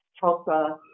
Tulsa